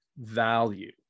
value